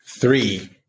three